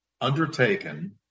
undertaken